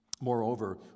Moreover